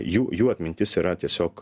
jų jų atmintis yra tiesiog